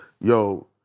yo